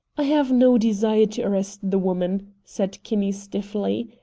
i have no desire to arrest the woman, said kinney stiffly.